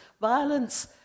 violence